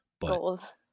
Goals